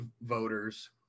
voters